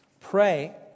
Pray